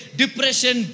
depression